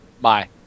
Bye